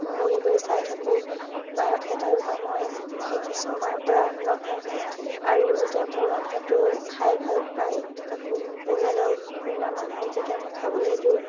বহি বহি চাই থাকোঁ বা এটা দুটা মই শিকিছোঁও মাৰ পৰা ৰন্ধা আৰু যেতিয়া মোৰ ৰন্ধাতো খাই ভাল পাই কাকো পৰিয়ালৰ কোনোবা মানুহক যেতিয়া মই খাবলৈ দিওঁ